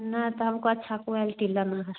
नहीं तो हमको अच्छा क्वालिटी लेना है